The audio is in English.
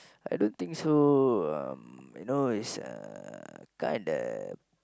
I don't think so um you know it's uh kinda